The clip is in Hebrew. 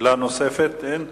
שאלה נוספת, אין?